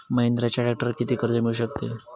महिंद्राच्या ट्रॅक्टरवर किती कर्ज मिळू शकते?